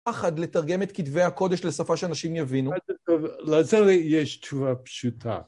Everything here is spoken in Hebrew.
פחד לתרגם את כתבי הקודש לשפה שאנשים יבינו. זה טוב, לזה יש תשובה פשוטה.